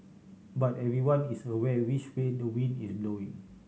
but everyone is aware which way the wind is blowing